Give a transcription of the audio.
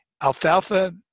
Alfalfa